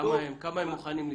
כמה הם מוכנים לסבול?